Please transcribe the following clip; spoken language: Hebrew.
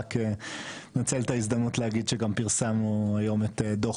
אבל רק אנצל את ההזדמנות שגם פרסמנו היום את דו"ח